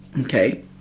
okay